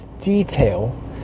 detail